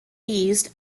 eased